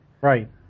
right